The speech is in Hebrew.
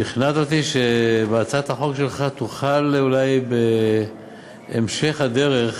שכנעת אותי שבהצעת החוק שלך תוכל אולי בהמשך הדרך